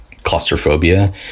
Claustrophobia